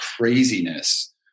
craziness